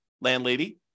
landlady